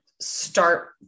start